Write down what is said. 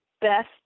best